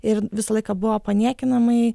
ir visą laiką buvo paniekinamai